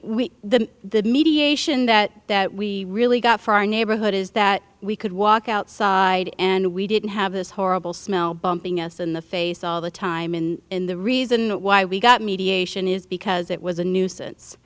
we the mediation that we really got for our neighborhood is that we could walk outside and we didn't have this horrible smell bumping us in the face all the time and in the reason why we got mediation is because it was a nuisance